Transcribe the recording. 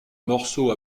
morceau